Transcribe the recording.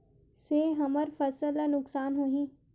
से हमर फसल ला नुकसान होही?